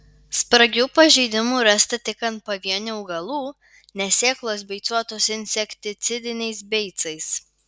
spragių pažeidimų rasta tik ant pavienių augalų nes sėklos beicuotos insekticidiniais beicais